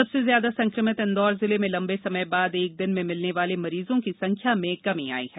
सबसे ज्यादा संक्रमित इवौर जिले में लंबे समय बाद एक दिन में मिलने वाले मरीजों की संख्या में कमी आई है